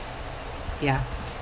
ya